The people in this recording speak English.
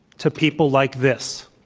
to people like this,